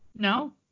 No